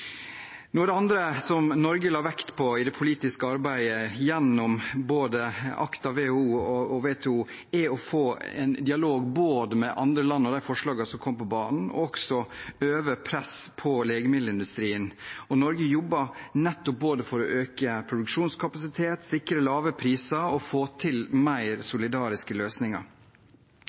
Noe av det andre som Norge har lagt vekt på i det politiske arbeidet, gjennom både ACT-A, WHO og WTO, er å få en dialog med andre land om de forslagene som kom på banen, og også å øve press på legemiddelindustrien. Norge jobber for å øke produksjonskapasitet, sikre lave priser og få til mer solidariske løsninger.